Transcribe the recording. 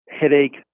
headache